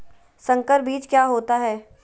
संकर बीज क्या होता है?